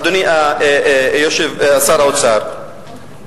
אדוני שר האוצר,